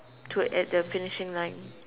to at the finishing line